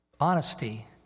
Honesty